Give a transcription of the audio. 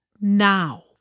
now